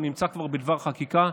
הוא נמצא כבר בדבר חקיקה,